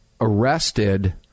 arrested